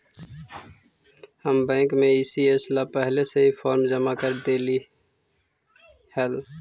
हम बैंक में ई.सी.एस ला पहले से ही फॉर्म जमा कर डेली देली हल